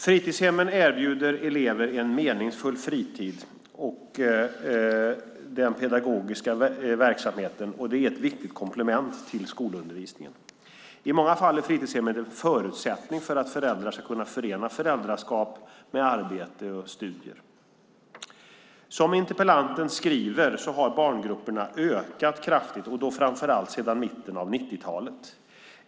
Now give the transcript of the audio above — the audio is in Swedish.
Fritidshemmen erbjuder elever en meningsfull fritid, och den pedagogiska verksamheten är ett viktigt komplement till skolundervisningen. I många fall är fritidshemmet en förutsättning för att föräldrar ska kunna förena föräldraskap med arbete och studier. Som interpellanten skriver i sin interpellation har barngrupperna ökat kraftigt, och då framför allt sedan mitten av 90-talet.